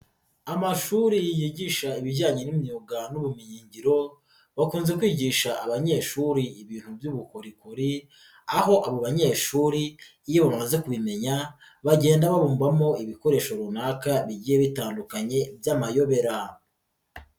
Amashuri yigisha ibijyanye n'imyuga n'ubumenyingiro, bakunze kwigisha abanyeshuri ibintu by'ubukorikori, aho abo banyeshuri iyo bamaze kubimenya, bagenda babumbamo ibikoresho runaka bigiye bitandukanye by'amayobera.